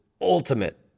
ultimate